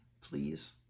please